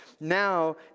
now